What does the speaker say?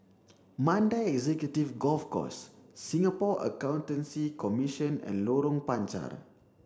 Mandai Executive Golf Course Singapore Accountancy Commission and Lorong Panchar